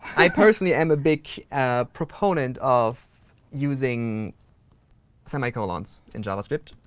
i personally am a big proponent of using semi-colons in javascript.